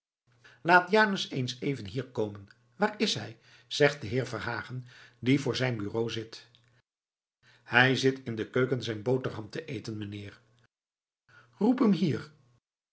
laat janus eens even hier komen waar is hij zegt de heer verhagen die voor zijn bureau zit hij zit in de keuken zijn boterham te eten meneer roep hem hier